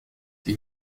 die